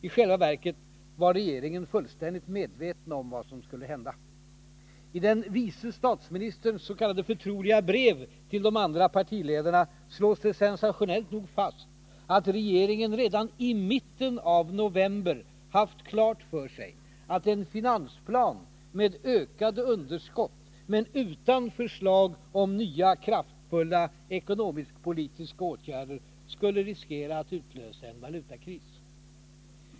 I själva verket var regeringen fullständigt medveten om vad som skulle hända. I vice statsministerns s.k. förtroliga brev till de andra partiledarna slås det sensationellt nog fast att regeringen redan i mitten av november haft klart för sig att en finansplan med ökade underskott men utan förslag om nya kraftfulla ekonomisk-politiska åtgärder skulle riskera att utlösa en valutakris.